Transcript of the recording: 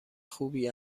خوبی